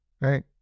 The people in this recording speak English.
right